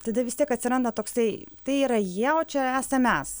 tada vis tiek atsiranda toksai tai yra jie o čia esam mes